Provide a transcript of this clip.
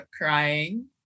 crying